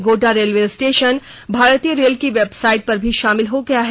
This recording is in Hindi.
गोड्डा रेलवे स्टेशन भारतीय रेल की वेबसाइट पर भी शामिल हो गया है